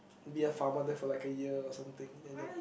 be a farmer there for like a year or something then they'll